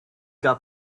got